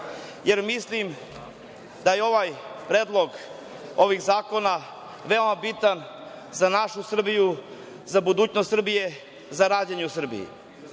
jer mislim da je ovaj predlog ovih zakona veoma bitan za našu Srbiju, za budućnost Srbije, za rađanje u Srbiji. Inače,